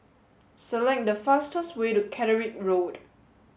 select the fastest way to Catterick Road